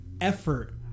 effort